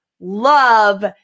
love